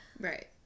Right